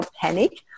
panic